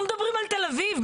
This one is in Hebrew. אנחנו מדברים על תל אביב,